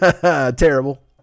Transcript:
Terrible